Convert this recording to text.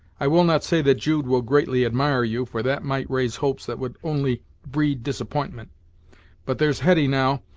i will not say that jude will greatly admire you, for that might raise hopes that would only breed disapp'intment but there's hetty, now,